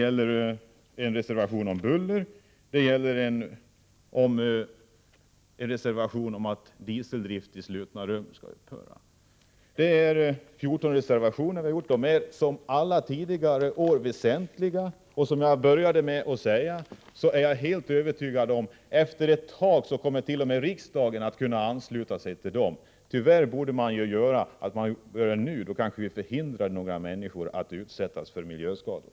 Vi har en reservation om buller och en reservation om att dieseldrift i slutna rum skall upphöra. Det är 14 reservationer som vi har avgivit. Liksom under alla tidigare år är våra förslag väsentliga. Som jag sade i början av mitt anförande är jag helt övertygad om attt.o.m. riksdagen efter ett tag kommer att kunna ansluta sig till dem. Men det borde ske nu — då kanske vi kunde förhindra att människor utsätts för miljöskador.